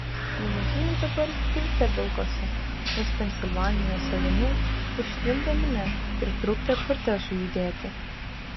limuzinai dabar vilkte vilkosi nes pensilvanijos aveniu užtvindė minia ir trukdė kortežui judėti